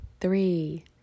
three